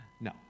no